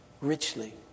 richly